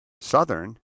Southern